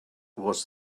was